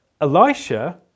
Elisha